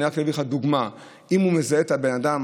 אני רק אגיד לך דוגמה: אם הוא מזהה את הבן אדם,